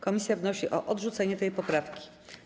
Komisja wnosi o odrzucenie tej poprawki.